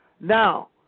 Now